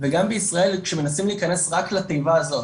וגם בישראל כשמנסים להיכנס רק לתיבה הזאת,